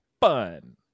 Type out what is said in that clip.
Fun